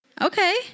Okay